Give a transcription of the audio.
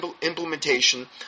implementation